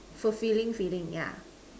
fulfilling feeling